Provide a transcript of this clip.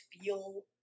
feel